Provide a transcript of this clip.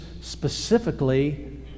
specifically